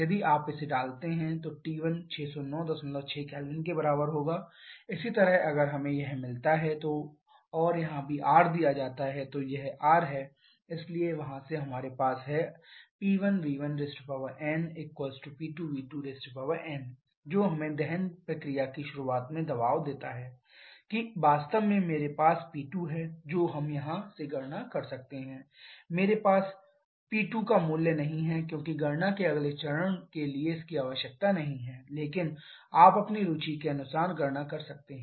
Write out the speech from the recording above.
यदि आप इसे डालते हैं T1 6096 K इसी तरह अगर हमें यह मिलता है और यहां भी R दिया जाता है तो यह R है इसलिए वहां से हमारे पास है P1v1nP2v2n जो हमें दहन प्रक्रिया की शुरुआत में दबाव देता है कि वास्तव में मेरे पास P2 है जो हम यहां से गणना कर सकते हैं P2P1v1v2n मेरे पास P2 का मूल्य नहीं है क्योंकि गणना के अगले चरण के लिए इसकी आवश्यकता नहीं है लेकिन आप अपनी रुचि के अनुसार गणना कर सकते हैं